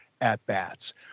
at-bats